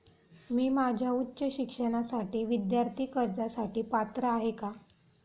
मी माझ्या उच्च शिक्षणासाठी विद्यार्थी कर्जासाठी पात्र आहे का?